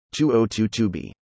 2022b